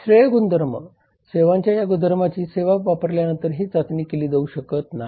श्रेय गुणधर्म सेवांच्या या गुणधर्मांची सेवा वापरल्यानंतरही चाचणी केली जाऊ शकत नाही